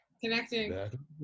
Connecting